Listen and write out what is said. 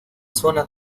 zona